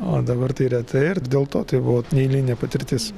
o dabar tai retai ir dėl to tai buvo neeilinė patirtis